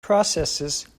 processes